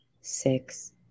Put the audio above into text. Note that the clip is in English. six